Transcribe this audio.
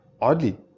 oddly